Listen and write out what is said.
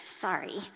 Sorry